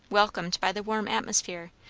welcomed by the warm atmosphere,